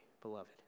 beloved